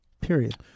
Period